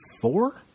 four